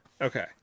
Okay